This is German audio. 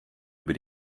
über